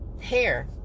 hair